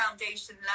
foundation